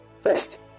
First